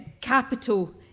capital